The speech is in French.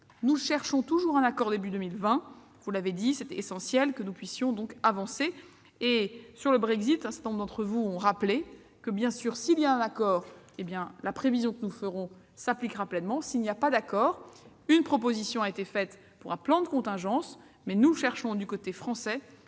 Nous cherchons toujours un accord pour le début de 2020. Vous l'avez dit, il est essentiel que nous puissions avancer. Sur le Brexit, un certain nombre d'entre vous ont rappelé que, s'il y a un accord, la prévision que nous ferons s'appliquera pleinement, et que, s'il n'y a pas d'accord, une proposition a été faite pour un plan de contingence. Nous cherchons, du côté français,